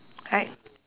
right